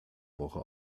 woche